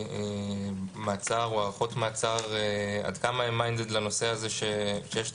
מעצר או הארכות מעצר הם מיינדד לנושא הזה שיש את